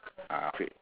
ah okay